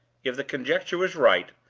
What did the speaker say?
if the conjecture was right,